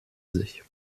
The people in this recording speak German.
sich